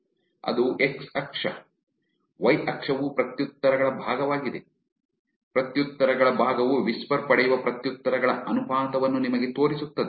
ಅದು ಎಕ್ಸ್ ಅಕ್ಷ ವೈ ಅಕ್ಷವು ಪ್ರತ್ಯುತ್ತರಗಳ ಭಾಗವಾಗಿದೆ ಪ್ರತ್ಯುತ್ತರಗಳ ಭಾಗವು ವಿಸ್ಪರ್ ಪಡೆಯುವ ಪ್ರತ್ಯುತ್ತರಗಳ ಅನುಪಾತವನ್ನು ನಿಮಗೆ ತೋರಿಸುತ್ತದೆ